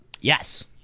Yes